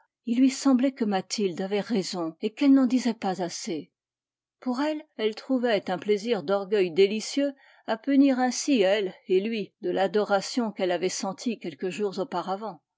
il lui semblait que mathilde avait raison et qu'elle n'en disait pas assez pour elle elle trouvait un plaisir d'orgueil délicieux à punir ainsi elle et lui de l'adoration quelle avait sentie quelques jours auparavant